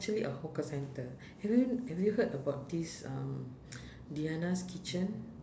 actually a hawker centre have you have you heard about this um deanna's kitchen